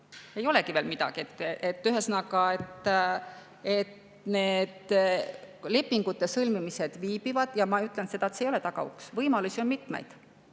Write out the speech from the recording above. ei olegi veel midagi. Ühesõnaga, lepingute sõlmimised viibivad. Ma ütlen seda, et see ei ole tagauks. Võimalusi on mitmeid.